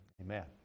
Amen